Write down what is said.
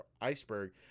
Iceberg